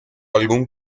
algún